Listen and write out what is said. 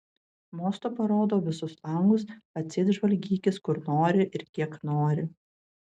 mostu parodau visus langus atseit žvalgykis kur nori ir kiek nori